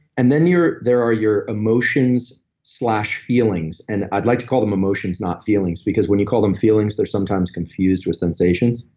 and then there are your emotions slash feelings, and i'd like to call them emotions, not feelings, because when you call them feelings, they're sometimes confused with sensations,